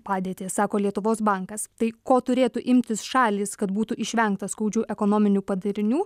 padėtį sako lietuvos bankas tai ko turėtų imtis šalys kad būtų išvengta skaudžių ekonominių padarinių